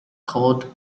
coat